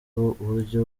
buryo